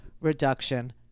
Reduction